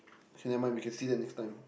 okay never mind we can see the next time